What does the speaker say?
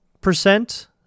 percent